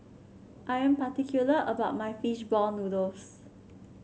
I am particular about my fish ball noodles